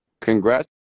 congrats